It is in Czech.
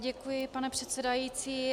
Děkuji, pane předsedající.